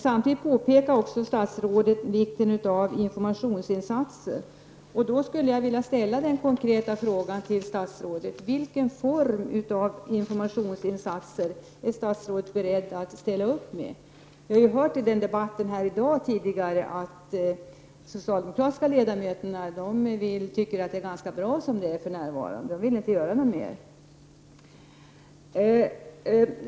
Samtidigt påpekar statsrådet vikten av informationsinsatser. Jag vill då ställa en konkret fråga till statsrådet: Vilken form av informationsinsatser är statsrådet beredd att ställa upp med? Vi har hört i debatten tidigare i dag att de socialdemokratiska ledamöterna tycker att det är ganska bra för närvarande, de vill inte göra något mer.